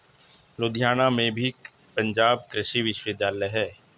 लुधियाना में भी पंजाब कृषि विश्वविद्यालय है